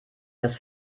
dass